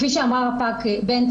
כפי שאמרה רפ"ק בן צבי,